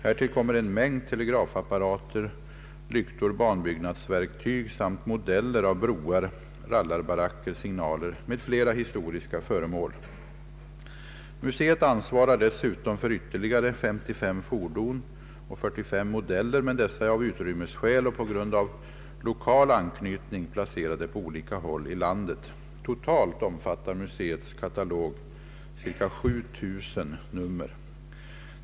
Härtill kommer en mängd telegrafapparater, lyktor, banbyggnadsverktyg samt modeller av broar, rallarbaracker, signaler m.fl. historiska föremål. Museet ansvarar dessutom för ytterligare 55 fordon och 45 modeller, men dessa är av utrymmesskäl och på grund av lokal anknytning placerade på olika håll i landet. Totalt omfattar museets katalog ca 7 000 nummer.